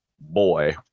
Boy